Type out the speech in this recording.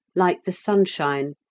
like the sunshine,